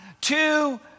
Two